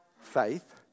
faith